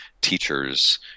teachers